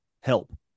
Help